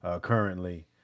currently